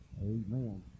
Amen